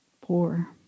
poor